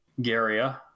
Garia